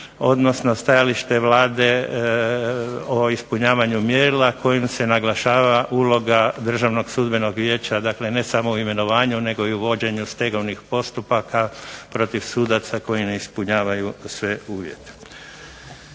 odnosno stajalište je Vlade o ispunjavanju mjerila kojim se naglašava uloga Državnog sudbenog vijeća, dakle ne samo u imenovanju, nego i u vođenju stegovnih postupaka protiv sudaca koji ne ispunjavaju sve uvjete.